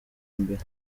mbere